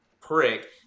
prick